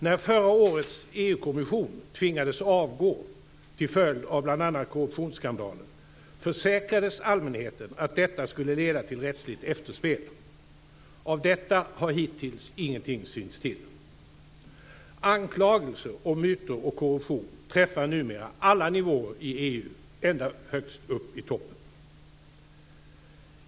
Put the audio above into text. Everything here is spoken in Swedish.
När förra årets EU-kommission tvingades avgå till följd av bl.a. korruptionsskandaler försäkrades allmänheten att detta skulle leda till rättsligt efterspel. Av detta har hittills ingenting synts till. Anklagelser om mutor och korruption träffar numera alla nivåer i EU, ända högst upp i toppen.